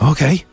Okay